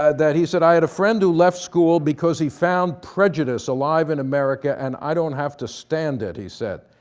ah he said, i had a friend who left school because he found prejudice alive in america, and i don't have to stand it, he said.